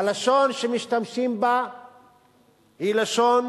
הלשון שמשתמשים בה היא לשון